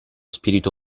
spirito